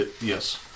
Yes